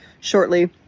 shortly